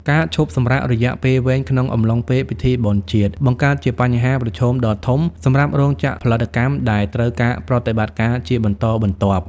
ការឈប់សម្រាករយៈពេលវែងក្នុងអំឡុងពេលពិធីបុណ្យជាតិ បង្កើតជាបញ្ហាប្រឈមដ៏ធំសម្រាប់រោងចក្រផលិតកម្មដែលត្រូវការប្រតិបត្តិការជាបន្តបន្ទាប់។